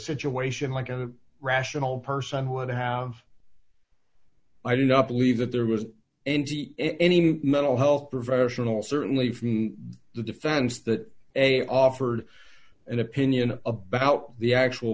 situation like a rational person would have i do not believe that there was any mental health professional certainly for the defense that they offered an opinion about the actual